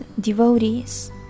devotees